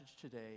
today